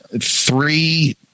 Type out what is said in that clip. three